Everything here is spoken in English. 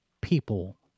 people